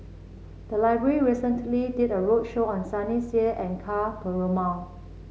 the library recently did a roadshow on Sunny Sia and Ka Perumal